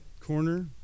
corner